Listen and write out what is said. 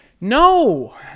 No